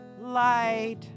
light